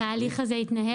וההליך הזה התנהל?